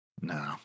No